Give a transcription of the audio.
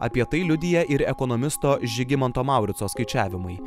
apie tai liudija ir ekonomisto žygimanto maurico skaičiavimai